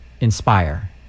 inspire